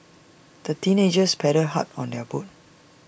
the teenagers paddled hard on their boat